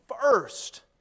first